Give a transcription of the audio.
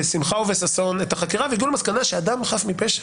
בשמחה ובששון את החקירה והגיעו למסקנה שאדם חף מפשע.